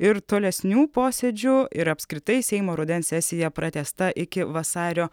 ir tolesnių posėdžių ir apskritai seimo rudens sesija pratęsta iki vasario